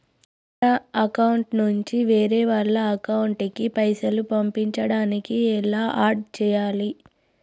నా అకౌంట్ నుంచి వేరే వాళ్ల అకౌంట్ కి పైసలు పంపించడానికి ఎలా ఆడ్ చేయాలి?